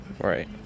Right